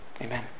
Amen